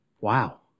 Wow